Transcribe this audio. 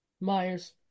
myers